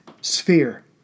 sphere